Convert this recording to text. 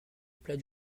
plat